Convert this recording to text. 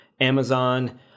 Amazon